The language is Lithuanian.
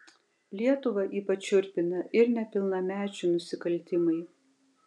lietuvą ypač šiurpina ir nepilnamečių nusikaltimai